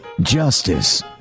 justice